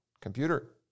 computer